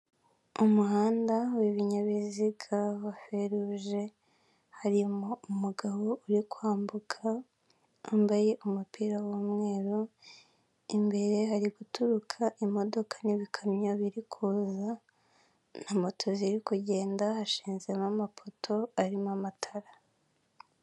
Umuhanda w'ibinyabiziga wa feruje harimo umugabo uri kwambuka wambaye umupira w'umweru, imbere ari guturuka imodoka n'ibikamyo biri kuza na moto ziri kugenda hashinzemo amapoto arimo amatara.